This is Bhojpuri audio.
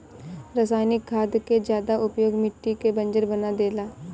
रासायनिक खाद के ज्यादा उपयोग मिट्टी के बंजर बना देला